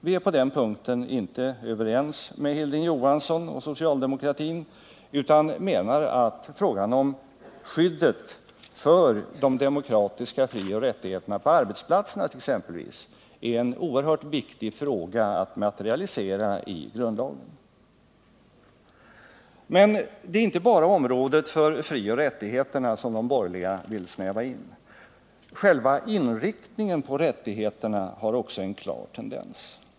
Vi är på den punkten inte överens med Hilding Johansson och socialdemokratin utan menar att frågan om skyddet för de demokratiska frioch rättigheterna på exempelvis arbetsplatserna är en oerhört viktig fråga att materialisera i grundlagen. Men det är inte bara området för frioch rättigheterna som de borgerliga vill snäva in. Själva inriktningen på rättigheterna har också en klar tendens.